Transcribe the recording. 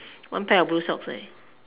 one pair of blue socks right